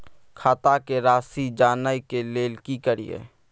खाता के राशि जानय के लेल की करिए?